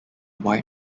white